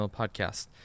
podcast